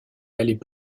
allaient